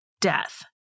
death